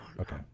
Okay